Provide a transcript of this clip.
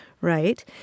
right